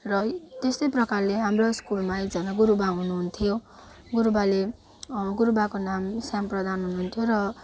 र त्यस्तै प्रकारले हाम्रो स्कुलमा एकजना गुरुबा हुनुहुन्थ्यो गुरुबाले गुरुबाको नाम स्याम प्रधान हुनुहुन्थ्यो र